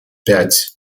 пять